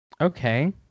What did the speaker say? Okay